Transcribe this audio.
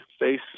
face